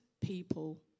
people